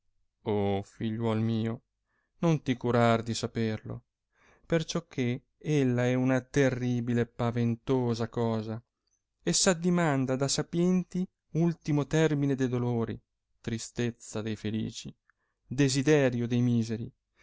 padre figliuol mio non ti curar di saperlo perciò che ella è una terribile e paventosa cosa e s addimanda da sapienti ultimo termine de dolori tristezza der felici desiderio dei miseri